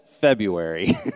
February